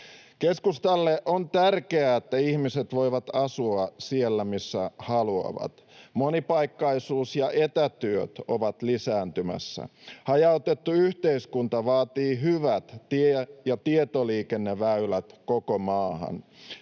Keskustalle on tärkeää, että ihmiset voivat asua siellä, missä haluavat. Monipaikkaisuus ja etätyöt ovat lisääntymässä. Hajautettu yhteiskunta vaatii hyvät tie‑ ja tietoliikenneväylät koko maahan.